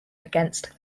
against